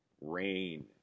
Rain